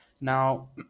Now